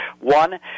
One